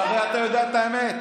הרי זו אותה הקבוצה.